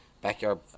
Backyard